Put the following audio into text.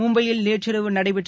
மும்பையில் நேற்றிரவு நடைபெற்ற